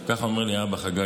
כך אומר לי האבא חגי,